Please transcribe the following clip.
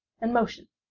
and motion,